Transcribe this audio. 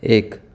एक